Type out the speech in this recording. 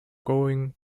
going